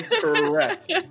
Correct